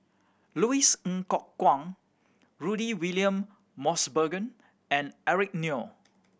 Louis Ng Kok Kwang Rudy William Mosbergen and Eric Neo